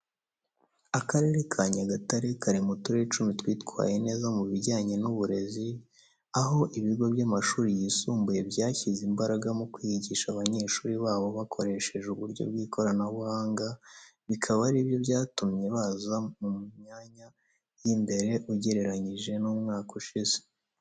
Akarere ka Nyagatare kari mu turere icumi twitwaye neza mu bijyanye n'uburezi, aho ibigo by'amashuri yisumbuye byashyize imbaraga mu kwigisha abanyeshuri babo bakoresheje uburyo bw'ikoranamuhanga bikaba ari byo byatumye baza mu myanya y'imbere ugereranyije n'umwaka ushize.